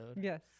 Yes